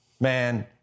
Man